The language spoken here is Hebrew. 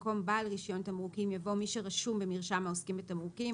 במקום "בעל רישיון תמרוקים" יבוא "מי שרשום במרשם העוסקים בתמרוקים"